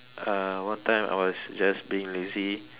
uh one time I was just being lazy